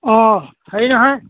অঁ হেৰি নহয়